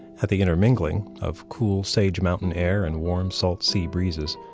at the intermingling of cool, sage mountain air and warm, salt sea breezes,